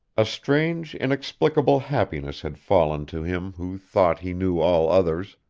a strange, inexplicable happiness had fallen to him who thought he knew all others,